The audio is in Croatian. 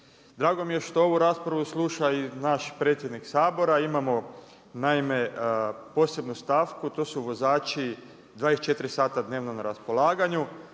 Drago mi je što ovu raspravu sluša i naš predsjednik Sabora, imamo naime, posebnu stavku, to su vozači 24 sata dnevno na raspolaganju.